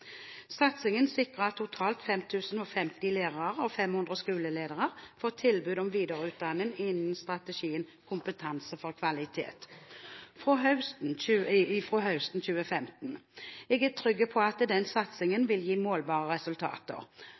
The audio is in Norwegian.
Satsingen sikrer at totalt 5 050 lærere og 500 skoleledere får tilbud om videreutdanning innen strategien Kompetanse for kvalitet fra høsten 2015. Jeg er trygg på at den satsingen vil gi målbare resultater.